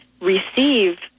receive